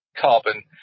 carbon